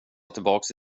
tillbaka